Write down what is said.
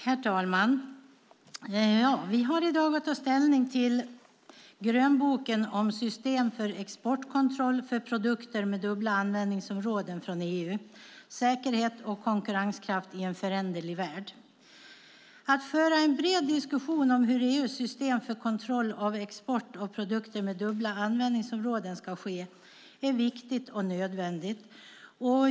Herr talman! Vi har i dag att ta ställning till en grönbok: System för exportkontroll för produkter med dubbla användningsområden från EU: säkerhet och konkurrenskraft i en föränderlig värld . Att föra en bred diskussion om hur EU:s kontroll av export av produkter med dubbla användningsområden ska ske är viktigt och nödvändigt.